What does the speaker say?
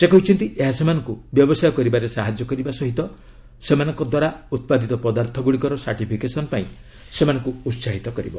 ସେ କହିଛନ୍ତି ଏହା ସେମାନଙ୍କୁ ବ୍ୟବସାୟ କରିବାରେ ସାହାଯ୍ୟ କରିବା ସହ ସେମାନଙ୍କ ଉତ୍ପାଦିତ ପଦାର୍ଥଗୁଡ଼ିକର ସାର୍ଟିଫିକେସନ୍ ପାଇଁ ସେମାନଙ୍କୁ ଉତ୍କାହିତ କରିବ